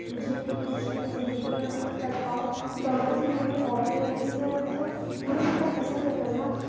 مجھے بھی کچھ اپنی زندگی میں کر پاؤں فوٹو گرافی میری ہابی ہے اِس لیے میں بہت مجھے بہت پسند ہے کرنا